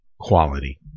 Quality